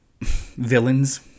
villains